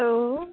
औ